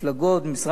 ממשרד המשפטים,